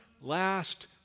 last